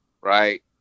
right